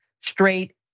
straight